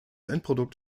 endprodukt